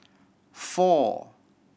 four